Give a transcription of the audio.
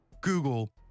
Google